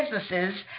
businesses